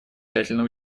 тщательно